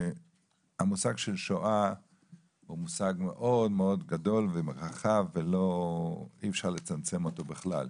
המושג של שואה הוא מושג מאוד מאוד גדול ורחב ואי אפשר לצמצם אותו בכלל.